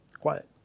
Quiet